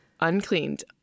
uncleaned